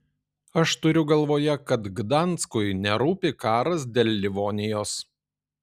aš turiu galvoje kad gdanskui nerūpi karas dėl livonijos